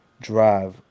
drive